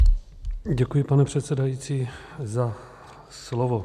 Děkuji, pane předsedající, za slovo.